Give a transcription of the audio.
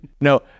No